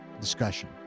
discussion